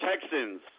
Texans